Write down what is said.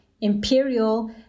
imperial